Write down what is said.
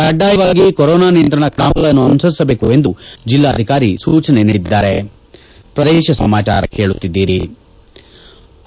ಕಡ್ಡಾಯವಾಗಿ ಕೊರೊನಾ ನಿಯಂತ್ರಣ ಕ್ರಮಗಳನ್ನು ಅನುಸರಿಸಬೇಕು ಎಂದು ಜೆಲ್ಲಾಧಿಕಾರಿ ಸೂಚನೆ ನೀಡಿದ್ಗಾರೆ